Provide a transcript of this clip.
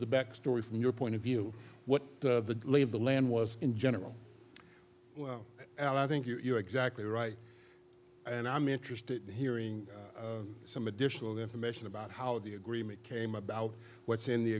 the back story from your point of view what the lay of the land was in general well i think you're exactly right and i'm interested in hearing some additional information about how the agreement came about what's in the